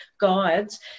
guides